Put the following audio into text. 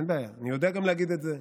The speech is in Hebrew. אין בעיה, אני יודע גם להגיד את זה.